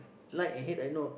like and hate I know